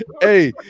Hey